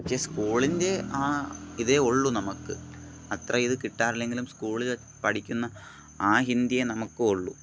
പക്ഷേ സ്കൂളിൻ്റെ ആ ഇതേ ഉള്ളു നമുക്ക് അത്രയേ ഇത് കിട്ടാറില്ലെങ്കിലും സ്കൂളിൽ പഠിക്കുന്ന ആ ഹിന്ദിയെ നമക്കുമുള്ളൂ